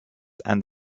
and